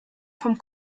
vom